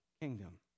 kingdom